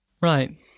Right